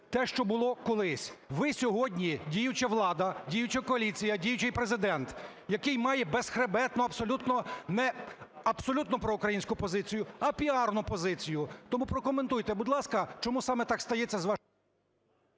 те, що було колись. Ви сьогодні – діюча влада, діюча коаліція, діючий Президент, який має безхребетну абсолютно, не абсолютно проукраїнську позицію, а піарну позицію. Тому прокоментуйте, будь ласка, чому саме так стається з…